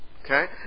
Okay